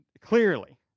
Clearly